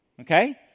Okay